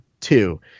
two